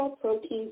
Proteins